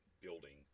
building